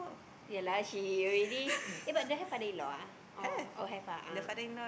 yeah lah she already eh but don't have father in law ah oh oh have ah ah